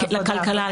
הכלכלה,